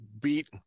beat